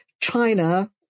China